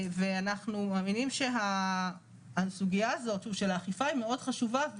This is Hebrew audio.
אנחנו מאמינים שהסוגיה הזאת של האכיפה היא מאוד חשובה,